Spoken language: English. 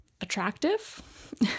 attractive